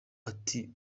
ati